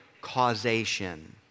causation